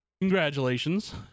Congratulations